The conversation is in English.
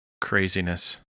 Craziness